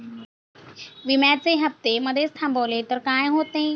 विम्याचे हफ्ते मधेच थांबवले तर काय होते?